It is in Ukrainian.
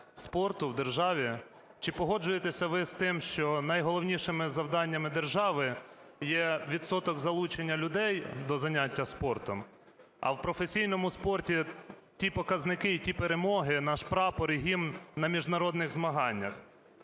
Чи погоджуєтеся ви з тим, що найголовнішими завданнями держави є відсоток залучення людей до зайняття спортом, а в професійному спорті ті показники і ті перемоги – наш прапор і гімн на міжнародних змаганнях?